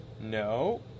No